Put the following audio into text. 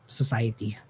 society